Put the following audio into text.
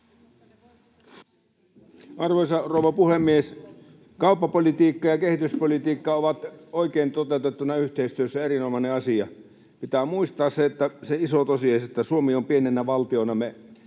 Arvoisa rouva puhemies! Kauppapolitiikka ja kehityspolitiikka ovat oikein toteutettuna yhteistyössä erinomainen asia. Pitää muistaa se iso tosiasia, että Suomen ei pienenä valtiona